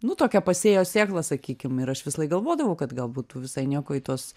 nu tokią pasėjo sėklą sakykim ir aš visą laik galvodavau kad gal būtų visai nieko į tuos